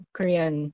Korean